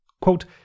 quote